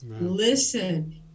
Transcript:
listen